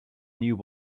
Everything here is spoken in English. new